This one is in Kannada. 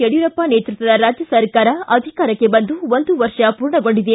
ಯಡಿಯೂರಪ್ಪ ನೇತೃತ್ವದ ರಾಜ್ಯ ಸರ್ಕಾರ ಅಧಿಕಾರಕ್ಕೆ ಬಂದು ಒಂದು ವರ್ಷ ಪೂರ್ಣಗೊಂಡಿದೆ